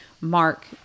Mark